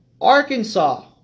Arkansas